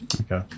okay